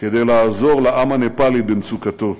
כדי לעזור לעם הנפאלי במצוקתו.